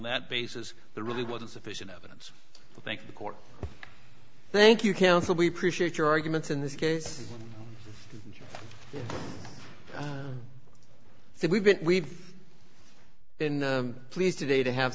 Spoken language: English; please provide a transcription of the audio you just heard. that basis the really wasn't sufficient evidence to thank the court thank you counsel we appreciate your arguments in this case so we've been we've been pleased today to have